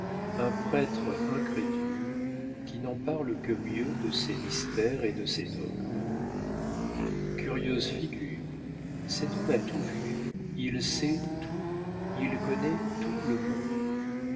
un prêtre incrédule qui n'en parle que mieux de ses mystères et de ses dogmes curieuse figure cet homme a tout vu il sait tout il connaît tout le monde